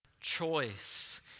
choice